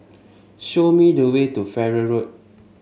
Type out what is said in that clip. show me the way to Farrer Road